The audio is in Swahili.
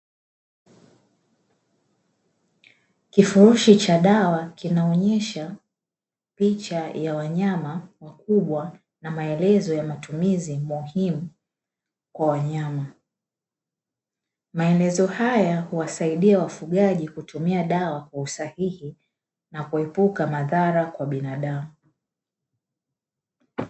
Kifurushi cha dawa kinaonesha picha ya wanyama wakubwa na maelezo ya matumizi muhimu kwa wanyama. Maelezo haya huwasaidia wafugaji kutumia dawa kwa usahihi na kuepuka madhara kwa binadamu.